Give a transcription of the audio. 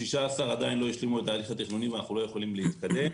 16 עדיין לא השלימו את ההליך התכנוני ואנחנו לא יכולים להתקדם.